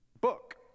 book